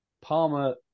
Palmer